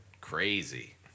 crazy